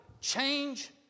change